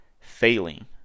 failing